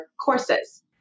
courses